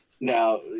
now